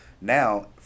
now